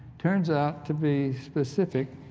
turns out to be specific